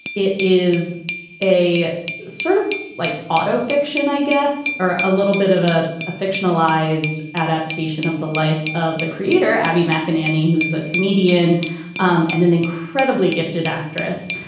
it is a sort of like auto fiction, i guess, or a little bit of a a fictionalized adaptation of the life of the creator, abby mcinerney, who's a comedian um and an incredibly gifted actress.